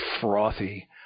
frothy